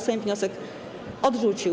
Sejm wniosek odrzucił.